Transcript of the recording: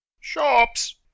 Shops